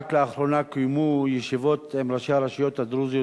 כשרק לאחרונה קוימו ישיבות עם ראשי הרשויות הדרוזיות